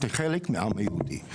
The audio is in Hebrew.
אתם חלק מהעם היהודי.